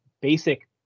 basic